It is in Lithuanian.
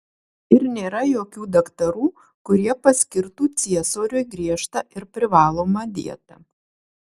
ir nėra jokių daktarų kurie paskirtų ciesoriui griežtą ir privalomą dietą